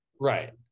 Right